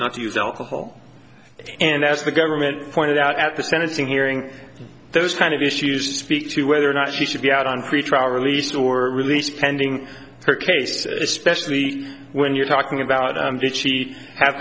not to use alcohol and as the government pointed out at the sentencing hearing those kind of issues speak to whether or not she should be out on pretrial release or release pending her case especially when you're talking about did she have